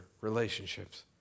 relationships